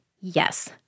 yes